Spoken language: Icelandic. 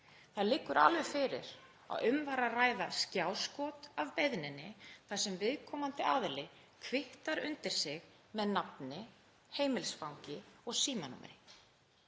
Það liggur alveg fyrir að um var að ræða skjáskot af beiðninni þar sem viðkomandi aðili kvittar undir með nafni, heimilisfangi og símanúmeri.